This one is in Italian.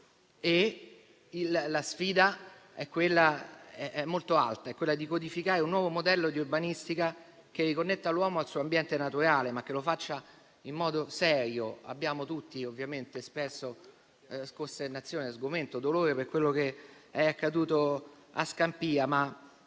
alta, è quella di codificare un nuovo modello di urbanistica che riconnetta l'uomo al suo ambiente naturale e che lo faccia in modo serio. Ovviamente, abbiamo espresso tutti costernazione, sgomento e dolore per quello che è accaduto a Scampia, ma